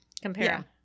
compare